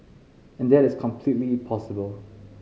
and that is completely possible